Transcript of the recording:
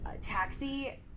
taxi